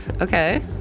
Okay